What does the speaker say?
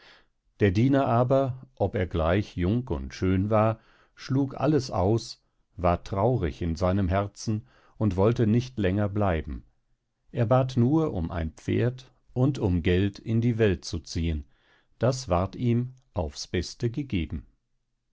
der diener aber ob er gleich jung und schön war schlug alles aus war traurig in seinem herzen und wollte nicht länger bleiben er bat nur um ein pferd und um geld in die welt zu ziehen das ward ihm aufs beste gegeben